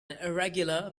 irregular